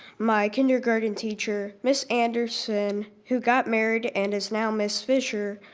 my kindergarten teacher, miss anderson, who got married, and is now miss fisher,